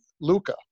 Luca